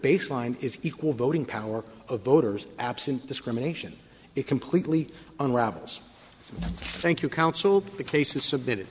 baseline is equal voting power of voters absent discrimination it completely unravels thank you counsel the case is submitted